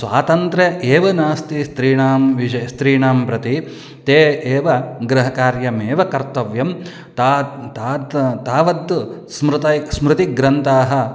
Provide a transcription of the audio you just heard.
स्वातन्त्र्यम् एव नास्ति स्त्रीणां विषयाणां स्त्रीणां प्रति ते एव गृहकार्यमेव कर्तव्यं तत् तत्र तावत् स्मृतौ स्मृतिग्रन्थाः